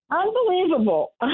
Unbelievable